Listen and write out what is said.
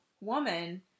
woman